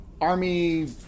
Army